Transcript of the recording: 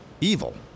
evil